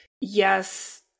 yes